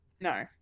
no